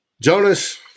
Jonas